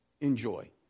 Enjoy